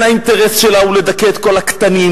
האינטרס שלה הוא לדכא את כל הקטנים,